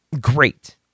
great